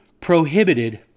prohibited